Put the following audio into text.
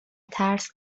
ترس